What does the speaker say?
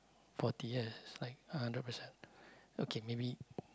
forty years like a hundred percent okay maybe